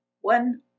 one